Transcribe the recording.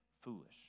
foolish